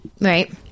Right